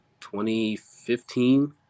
2015